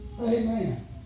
Amen